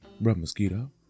bro-mosquito